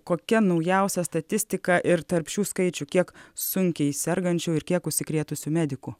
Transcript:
kokia naujausia statistika ir tarp šių skaičių kiek sunkiai sergančių ir kiek užsikrėtusių medikų